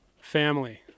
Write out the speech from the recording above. Family